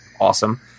awesome